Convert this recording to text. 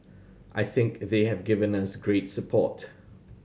I think they have given us great support